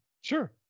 Sure